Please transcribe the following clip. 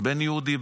בין שהוא יהודי,